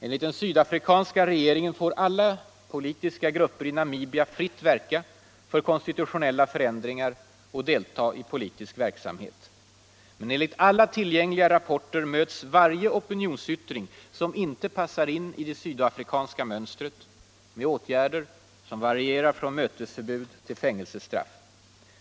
Enligt den sydafrikanska regeringen får alla politiska grupper i Namibia fritt verka för konstitutionella förändringar och delta i politisk verksamhet. Men enligt alla tillgängliga rapporter möts varje opinions debatt och valutapolitisk debatt yttring som inte passar in i det sydafrikanska mönstret med åtgärder som varierar från mötesförbud till fängelsestraff.